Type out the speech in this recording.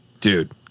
Dude